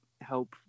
help